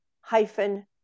hyphen